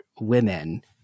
women